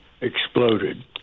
exploded